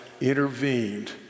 intervened